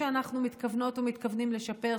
שאנחנו מתכוונות ומתכוונים לשפר,